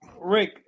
Rick